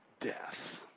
death